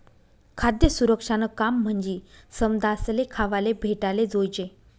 खाद्य सुरक्षानं काम म्हंजी समदासले खावाले भेटाले जोयजे